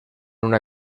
una